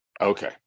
Okay